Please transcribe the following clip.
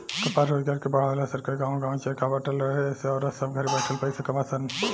कपास रोजगार के बढ़ावे ला सरकार गांवे गांवे चरखा बटले रहे एसे औरत सभ घरे बैठले पईसा कमा सन